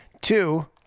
Two